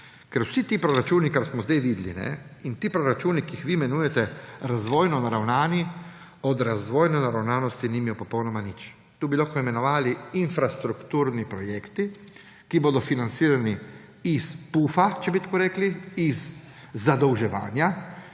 Ker vsi ti proračunu, kar smo sedaj videl, in ti proračuni, ki jih vi imenujete razvojno naravnani, od razvojne naravnanosti nimajo popolnoma nič. To bi lahko imenovani infrastrukturni projekti, ki bodo financirani iz pufa, če bi tako rekli, iz zadolževanja,